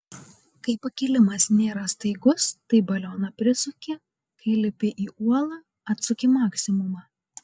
kai pakilimas nėra staigus tai balioną prisuki kai lipi į uolą atsuki maksimumą